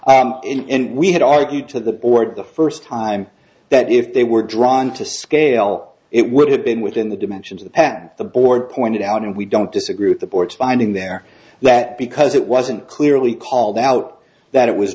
dimensions and we had argued to the board the first time that if they were drawn to scale it would have been within the dimensions of the pen the board pointed out and we don't disagree with the board's finding there that because it wasn't clearly called out that it was